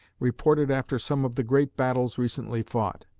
reported after some of the great battles recently fought.